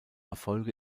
erfolg